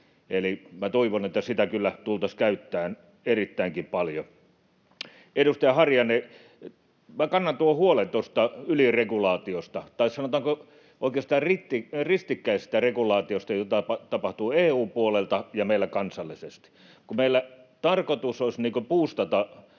minä toivon, että sitä kyllä tultaisiin käyttämään erittäinkin paljon. Edustaja Harjanne: Minä jaan tuon huolen tuosta yliregulaatiosta — tai sanotaanko oikeastaan ristikkäisestä regulaatiosta — jota tapahtuu EU:n puolelta ja meillä kansallisesti. Meillä tarkoitus olisi buustata